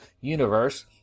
universe